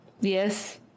yes